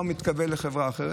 הוא מתקבל לחברה אחרת.